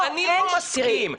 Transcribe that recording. הוא לא מסכים,